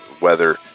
weather